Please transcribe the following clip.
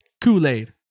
Kool-Aid